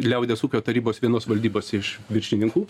liaudies ūkio tarybos vienos valdybos iš viršininkų